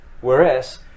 Whereas